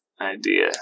idea